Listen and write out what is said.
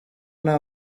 nta